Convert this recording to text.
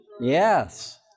Yes